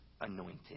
anointed